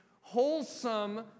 wholesome